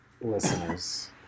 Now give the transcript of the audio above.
listeners